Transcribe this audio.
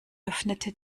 öffnete